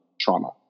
trauma